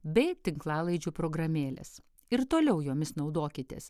bei tinklalaidžių programėlės ir toliau jomis naudokitės